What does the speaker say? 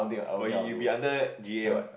but you you will be under G A what